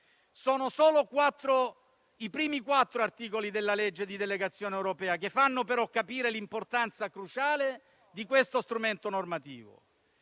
Sono solo i primi quattro articoli della legge di delegazione europea, che fanno però capire l'importanza cruciale di questo strumento normativo.